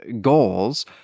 goals